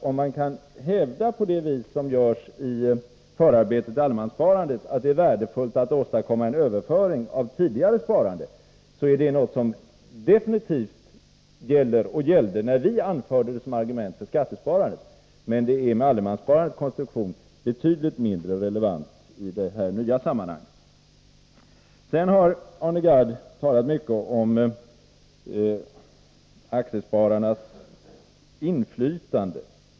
Om man såsom görs i förarbetena till allemanssparandet vill hävda att det är värdefullt att åstadkomma en överföring av tidigare sparande är det något som absolut också gällde när vi anförde det såsom argument för skattesparandet. Men med allemanssparandets konstruktion är det argumentet betydligt mindre relevant. Arne Gadd har talat mycket om aktiespararnas inflytande.